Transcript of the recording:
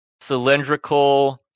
cylindrical